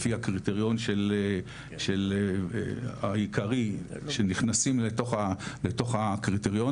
לפי הקריטריון העיקרי שנכנסים לתוך הקריטריון